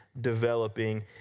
developing